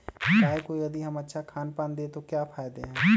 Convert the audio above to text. गाय को यदि हम अच्छा खानपान दें तो क्या फायदे हैं?